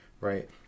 right